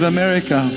America